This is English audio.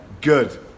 Good